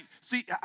see